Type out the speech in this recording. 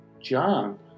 John